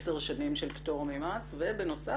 10 שנים של פטור ממס ובנוסף,